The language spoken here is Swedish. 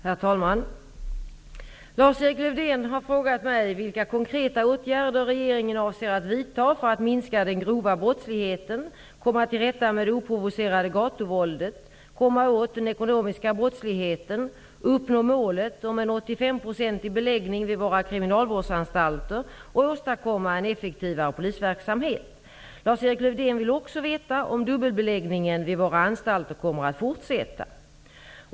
Herr talman! Lars-Erik Lövdén har frågat mig vilka konkreta åtgärder regeringen avser att vidta för att minska den grova brottsligheten, komma till rätta med det oprovocerade gatuvåldet, komma åt den ekonomiska brottsligheten, uppnå målet om en 85 procentig beläggning vid våra kriminalvårdsanstalter och åstadkomma en effektivare polisverksamhet. Lars-Erik Lövdén vill också veta om dubbelbeläggningen vid våra anstalter kommer att fortsätta.